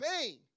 pain